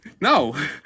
No